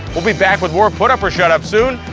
we'll be back with more put up or shut up soon,